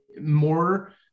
more